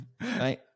right